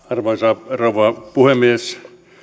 arvoisa rouva puhemies